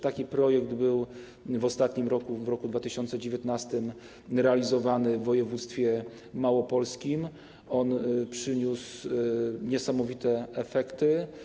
Taki projekt był przez ostatni rok, w roku 2019, realizowany w województwie małopolskim i przyniósł niesamowite efekty.